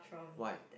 why